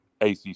ACC